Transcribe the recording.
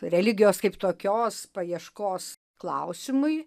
religijos kaip tokios paieškos klausimui